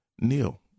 Neil